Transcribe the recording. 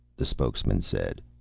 the spokesman said.